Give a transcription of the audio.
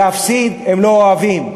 להפסיד הם לא אוהבים,